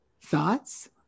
thoughts